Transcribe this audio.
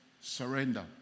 surrender